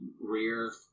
rear